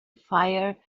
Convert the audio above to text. fire